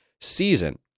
season